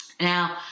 Now